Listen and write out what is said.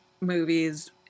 movies